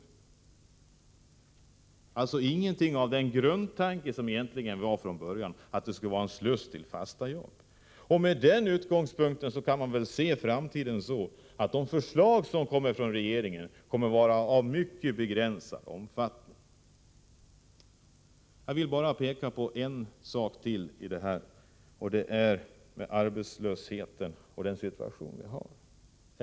Kvar finns alltså ingenting av den grundtanke man hade ifrån början, att de skulle vara en sluss till fasta jobb. Med denna utgångspunkt kan man väl se framtiden så, att de förslag som kommer från regeringen kommer att vara av mycket begränsad omfattning. Herr talman! Jag vill bara peka på en sak till, och det är den arbetslöshetssituation vi har.